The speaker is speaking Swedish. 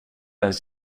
ens